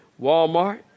Walmart